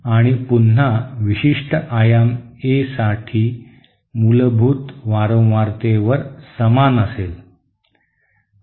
आणि पुन्हा विशिष्ट आयाम ए साठी मूलभूत वारंवारतेवर समान असेल